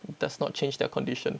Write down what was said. does not change their condition